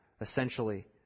essentially